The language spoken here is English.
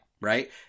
Right